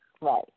Right